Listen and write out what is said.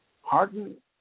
harden